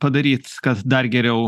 padaryt kad dar geriau